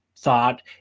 thought